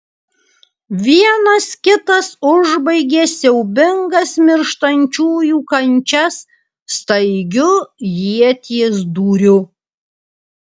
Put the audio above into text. vienas kitas užbaigė siaubingas mirštančiųjų kančias staigiu ieties dūriu